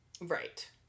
Right